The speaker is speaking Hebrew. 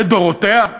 לדורותיה,